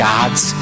God's